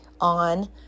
on